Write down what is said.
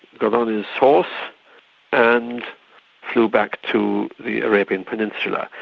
got on his horse and flew back to the arabian peninsula.